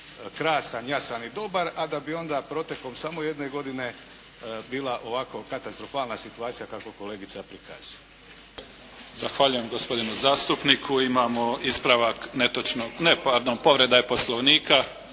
krasan, jasan i dobar. A da bi onda protekom samo jedne godine bila ovako katastrofalna situacija kako kolegica prikazuje. **Mimica, Neven (SDP)** Zahvaljujem gospodinu zastupniku. Imamo ispravak netočnog … …/Upadica se ne